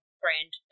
brand